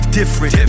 different